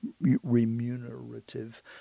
remunerative